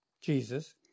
Jesus